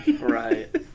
Right